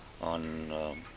on